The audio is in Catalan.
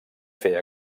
fer